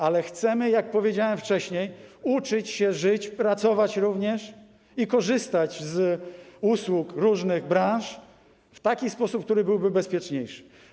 Ale chcemy, jak powiedziałem wcześniej, uczyć się żyć, pracować i korzystać z usług różnych branż w taki sposób, który byłby bezpieczniejszy.